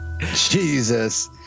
Jesus